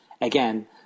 Again